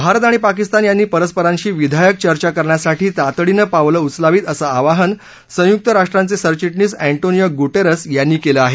भारत आणि पाकिस्तान यांनी परस्परांशी विधायक चर्चा करण्यासाठी तातडीनं पावलं उचलावीत असं आवाहन संयुक्त राष्ट्रांचे सरघिटणीस अँटोनियो गुटेरस यांनी केलं आहे